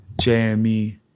JME